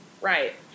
Right